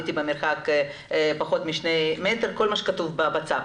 הייתי במרחק של פחות משני מטרים וכל מה שכתוב בצו.